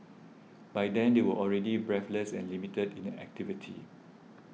by then they will already breathless and limited in an activity